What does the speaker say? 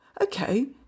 okay